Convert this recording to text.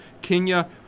Kenya